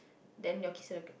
then your kids have to